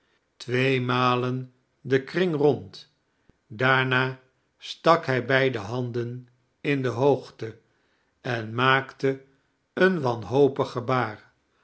twee malen den kring rond daarna stak hij beide haaden in de hoogte en maakte een wanhopig gebaar